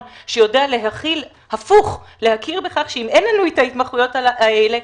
שיודע להכיר בכך שאם אין לנו את ההתמחויות האלה,